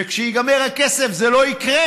וכשייגמר הכסף זה לא יקרה,